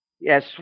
Yes